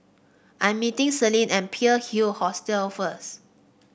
I'm meeting Celine at Pearl Hill Hostel first